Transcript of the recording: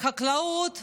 בחקלאות,